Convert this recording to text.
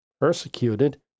persecuted